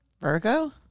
Virgo